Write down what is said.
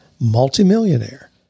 multi-millionaire